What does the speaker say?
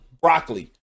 Broccoli